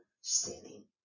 sinning